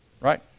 right